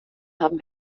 haben